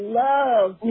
love